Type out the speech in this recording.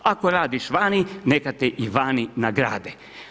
Ako radiš vani neka te i vani nagrade.